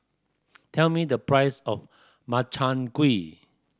tell me the price of Makchang Gui